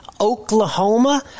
Oklahoma